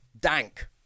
Dank